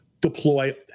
deploy